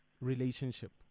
relationship